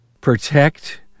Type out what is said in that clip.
Protect